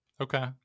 Okay